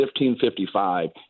1555